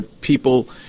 people